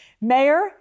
Mayor